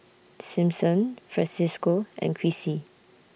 Simpson Francesco and Crissy